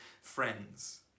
friends